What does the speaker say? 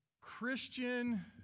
Christian